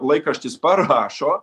laikraštis parašo